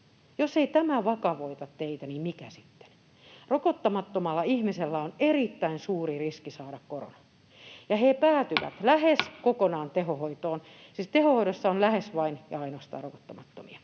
Jos ei tämä vakavoita teitä, niin mikä sitten? Rokottamattomalla ihmisellä on erittäin suuri riski saada korona, ja he päätyvät lähes kokonaan tehohoitoon — siis tehohoidossa on lähes, vain ja ainoastaan rokottamattomia